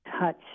touch